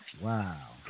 Wow